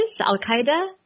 Al-Qaeda